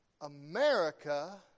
America